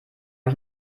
ich